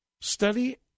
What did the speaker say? Study